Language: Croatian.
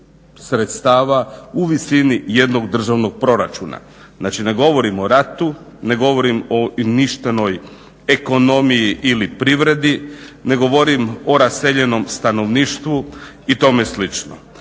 sredstava u visini jednog državnog proračuna. znači ne govorim o ratu, ne govorim o uništenoj ekonomiji ili privredi, ne govorim o raseljenom stanovništvu i tome slično.